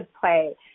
play